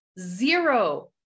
zero